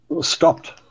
stopped